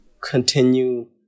continue